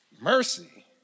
Mercy